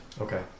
Okay